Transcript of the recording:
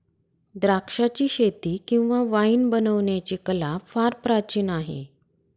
द्राक्षाचीशेती किंवा वाईन बनवण्याची कला फार प्राचीन आहे